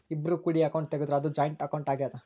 ಇಬ್ರು ಕೂಡಿ ಅಕೌಂಟ್ ತೆಗುದ್ರ ಅದು ಜಾಯಿಂಟ್ ಅಕೌಂಟ್ ಆಗ್ಯಾದ